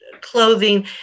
clothing